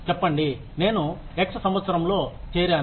చెప్పండి నేను x సంవత్సరంలో చేరాను